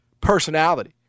personality